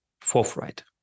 forthright